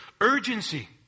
urgency